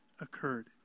occurred